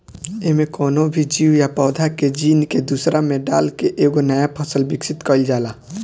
एमे कवनो भी जीव या पौधा के जीन के दूसरा में डाल के एगो नया फसल विकसित कईल जाला